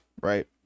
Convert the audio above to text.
right